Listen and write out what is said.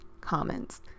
comments